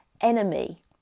enemy